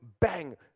bang